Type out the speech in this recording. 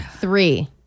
Three